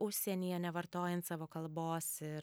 užsienyje nevartojant savo kalbos ir